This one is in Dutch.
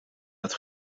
dat